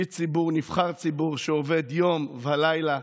איש ציבור, נבחר ציבור, שעובד יום ולילה.